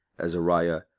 azariah,